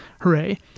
Hooray